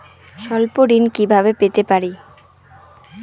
স্বল্প ঋণ কিভাবে পেতে পারি?